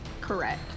Correct